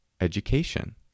education